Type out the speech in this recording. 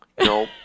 no